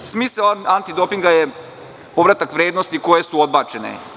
Smisao antidopinga je povratak vrednosti koje su odbačene.